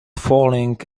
falling